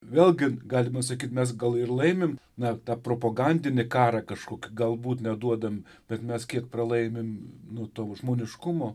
vėlgi galima sakyt mes gal ir laimim na tą propagandinį karą kažkokį galbūt neduodam bet mes kiek pralaimim nu to žmoniškumo